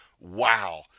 Wow